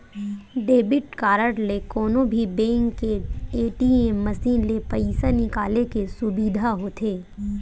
debit card ले कोनो भी बेंक के ए.टी.एम मसीन ले पइसा निकाले के सुबिधा होथे